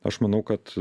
aš manau kad